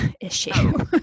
issue